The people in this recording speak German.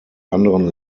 anderen